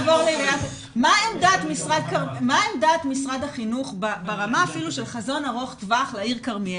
מה עמדת משרד החינוך ברמה אפילו של חזון ארוך טווח לעיר כרמיאל?